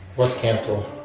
what's canceled?